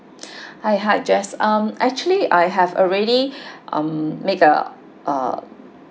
hi hi jess um actually I have already um made a uh